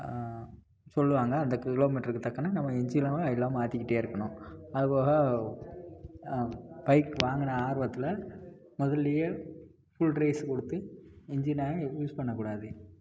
சொல்லுவாங்க அந்த கிலோ மீட்டருக்கு தக்கன நம்ம இன்ஜினில் ஆயிலெல்லாம் மாற்றிக்கிட்டே இருக்கணும் அதுபோக பைக் வாங்கின ஆர்வத்தில் முதல்லேயே ஃபுல் ரைஸ் கொடுத்து இன்ஜினை யூஸ் பண்ணக் கூடாது